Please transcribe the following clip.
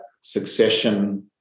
succession